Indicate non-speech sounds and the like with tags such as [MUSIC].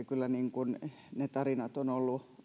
[UNINTELLIGIBLE] kyllä ne tarinat ovat olleet